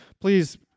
please